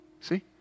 See